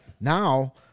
now